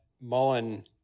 Mullen